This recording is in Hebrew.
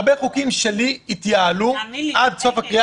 הרבה חוקים שלי התייעלו עד סוף הקריאה